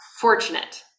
fortunate